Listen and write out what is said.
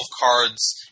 cards